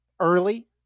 early